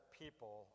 people